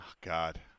God